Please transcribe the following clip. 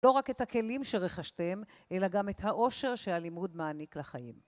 לא רק את הכלים שרכשתם, אלא גם את העושר שהלימוד מעניק לחיים.